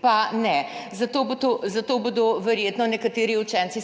pa ne. Zato se bodo verjetno nekateri učenci